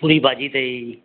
पूरी भाॼी अथई